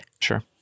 Sure